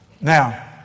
Now